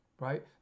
right